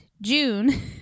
June